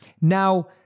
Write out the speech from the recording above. Now